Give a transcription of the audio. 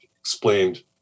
explained